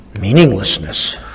meaninglessness